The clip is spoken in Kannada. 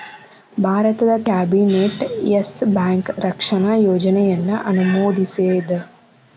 ಭಾರತದ್ ಕ್ಯಾಬಿನೆಟ್ ಯೆಸ್ ಬ್ಯಾಂಕ್ ರಕ್ಷಣಾ ಯೋಜನೆಯನ್ನ ಅನುಮೋದಿಸೇದ್